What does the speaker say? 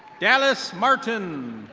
dallas martin.